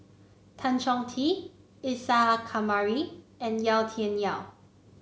Tan Chong Tee Isa Kamari and Yau Tian Yau